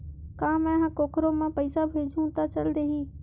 का मै ह कोखरो म पईसा भेजहु त चल देही?